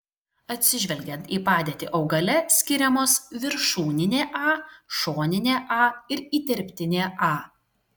atsižvelgiant į padėtį augale skiriamos viršūninė a šoninė a ir įterptinė a